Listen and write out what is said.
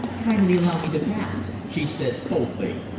kindly allow me to pass! she said coldly.